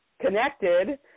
connected